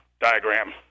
diagram